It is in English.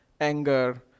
anger